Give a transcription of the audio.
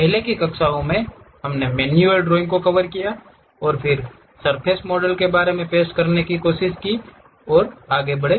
पहले की कक्षाओं में हमने मैनुअल ड्राइंग को कवर किया है और फिर सर्फ़ेस मॉडलिंग के बारे में पेश करने की कोशिश करने के लिए आगे बढ़े